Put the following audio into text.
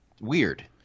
weird